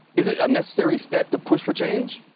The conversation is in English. is it a necessary step to push for change?